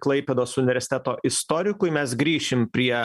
klaipėdos universiteto istorikui mes grįšim prie